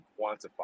quantify